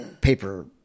paper